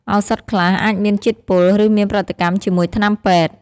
ឱសថខ្លះអាចមានជាតិពុល ឬមានប្រតិកម្មជាមួយថ្នាំពេទ្យ។